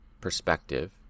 perspective